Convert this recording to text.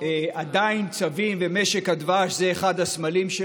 צווים עדיין, ומשק הדבש זה אחד הסמלים,